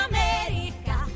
America